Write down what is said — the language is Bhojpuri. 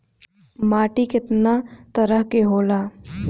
माटी केतना तरह के होला?